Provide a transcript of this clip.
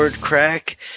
Crack